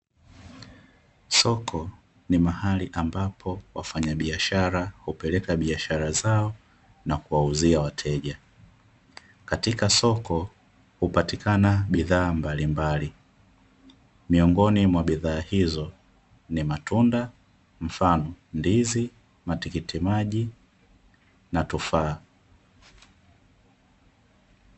Soko ni mahali ambapo wafanyabiashara hupeleka biashara zao na kuwauzia wateja. Katika soko hupatikana bidhaa mbalimbali, miongoni mwa bidhaa hizo ni matunda mfano ndizi, matikiti maji na tufaa.